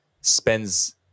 spends